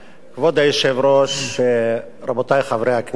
כבוד היושב-ראש, רבותי חברי הכנסת,